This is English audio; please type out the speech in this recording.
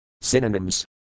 Synonyms